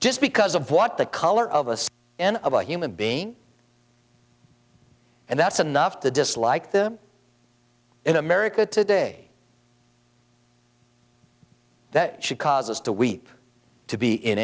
just because of what the color of us in of a human being and that's enough to dislike them in america today that should cause us to weep to be in